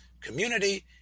community